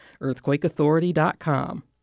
EarthquakeAuthority.com